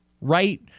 right